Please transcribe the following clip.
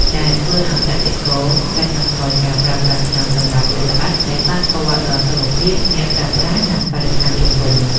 ដែលធ្វើឱ្យកសិករកាត់បន្ថយការប្រើប្រាស់ថ្នាំសម្លាប់សត្វល្អិត ដែលប៉ះពាល់ដល់សុខភាពអ្នកប្រើប្រាស់ និងបរិស្ថានជុំវិញ។